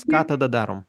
ką tada darom